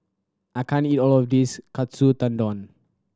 I can't eat all of this Katsu Tendon